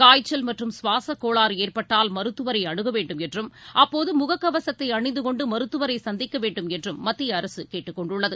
காய்ச்சல் மற்றும் சுவாசக் கோளாறு ஏற்பட்டால் மருத்துவரை அணுக வேண்டும் என்றும் அப்போது முகக்கவசத்தை அணிந்து கொண்டு மருத்துவரை சந்திக்க வேண்டுமென்றும் மத்திய அரசு கேட்டுக்கொண்டுள்ளது